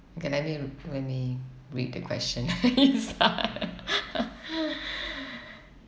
K let me let me read the question inside